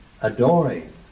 adoring